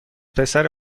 پسر